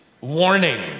warning